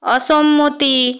অসম্মতি